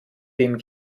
dem